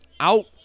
Out